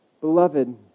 beloved